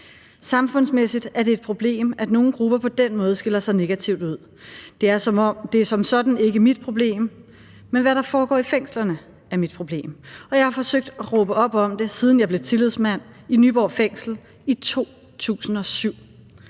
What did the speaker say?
samfundsmæssigt er det et problem, at nogle grupper på den måde skiller sig negativt ud. Det er som sådan ikke mit problem, men hvad der foregår i fængslerne, er mit problem, og jeg har forsøgt at råbe op om det, siden jeg blev tillidsmand i Nyborg Fængsel i 2007.